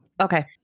Okay